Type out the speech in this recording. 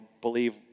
believe